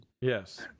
Yes